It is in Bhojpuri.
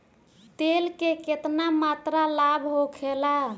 तेल के केतना मात्रा लाभ होखेला?